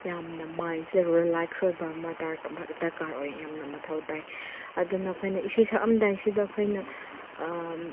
ꯌꯥꯝꯅ ꯃꯥꯏꯟꯁꯤ ꯔꯤꯂꯦꯛꯁ ꯑꯣꯏꯕ ꯑꯃ ꯗꯔꯀꯥꯔ ꯑꯣꯏꯌꯦ ꯌꯥꯝꯅ ꯃꯊꯧ ꯇꯥꯏ ꯑꯗꯨꯅ ꯑꯩꯈꯣꯏꯅ ꯏꯁꯩ ꯁꯛꯑꯝꯗꯥꯏꯁꯤꯗ ꯑꯩꯈꯣꯏꯅ